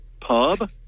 pub